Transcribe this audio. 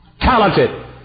talented